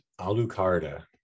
alucarda